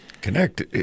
Connect